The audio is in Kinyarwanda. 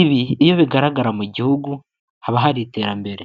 ibi iyo bigaragara mu gihugu haba hari iterambere.